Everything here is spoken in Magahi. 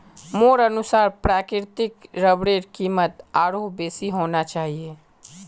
मोर अनुसार प्राकृतिक रबरेर कीमत आरोह बेसी होना चाहिए